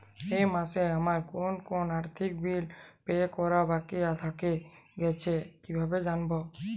এই মাসে আমার কোন কোন আর্থিক বিল পে করা বাকী থেকে গেছে কীভাবে জানব?